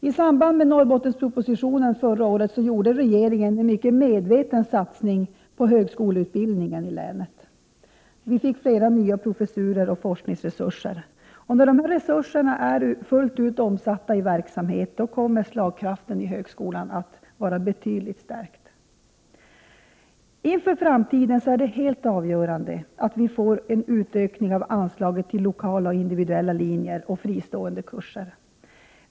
I samband med Norrbottenspropositionen förra året gjorde regeringen en mycket medveten satsning på högskoleutbildningen i länet. Vi fick flera nya professurer och forskningsresurser. När dessa resurser fullt ut är omsatta i verksamhet kommer slagkraften i högskolan att vara betydligt stärkt. Inför framtiden är det helt avgörande att vi får en utökning av anslaget till lokala och individuella linjer och fristående kurser.